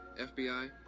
FBI